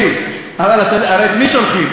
אלי, הרי את מי שולחים?